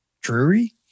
Drury